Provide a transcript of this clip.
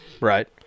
right